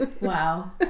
Wow